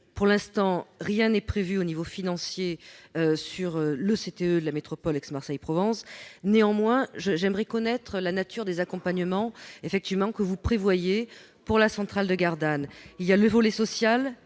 Pour l'instant, rien n'est prévu sur le plan financier pour le CTE de la métropole Aix-Marseille Provence. Cependant, j'aimerais connaître la nature des accompagnements que vous prévoyez pour la centrale de Gardanne : il y a le volet social,